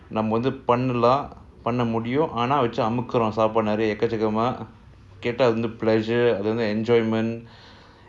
நம்மவந்துபண்ணலாம்பண்ணமுடியும்ஆனாவச்சிஅமுக்குறோம்சாப்பாடநெறயஎக்கச்சக்கமாகேட்டாவந்து:namma vandhu pannalam panna mudium aanaa vachi amukurom sapada neraya ekkachakkama keta vandhu pleasure enjoyment